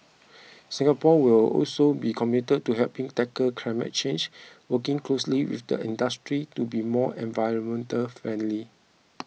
Singapore will also be committed to helping tackle climate change working closely with the industry to be more environmentally friendly